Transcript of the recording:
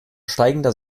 steigender